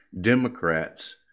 Democrats